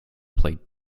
played